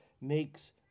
makes